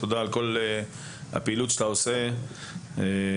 תודה רבה, על כל הפעילות שאתה עושה, תצליח.